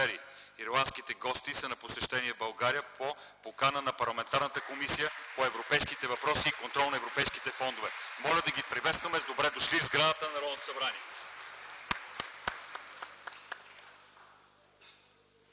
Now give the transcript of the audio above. Ирландските гости са на посещение в България по покана на парламентарната Комисия по европейските въпроси и контрол на европейските фондове. Моля да ги приветстваме с „Добре дошли!” в сградата на Народното събрание.